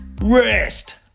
Rest